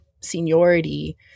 seniority